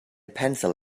pencil